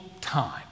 time